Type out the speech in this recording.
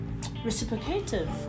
reciprocative